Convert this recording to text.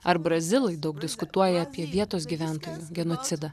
ar brazilai daug diskutuoja apie vietos gyventojų genocidą